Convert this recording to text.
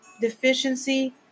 deficiency